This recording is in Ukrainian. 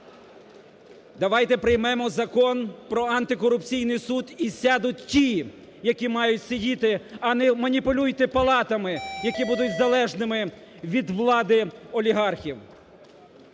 Давайте приймемо Закон про антикорупційний суд, і сядуть ті, які мають сидіти, а не маніпулюйте палатами, які будуть залежними від влади олігархів.